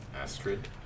Astrid